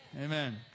Amen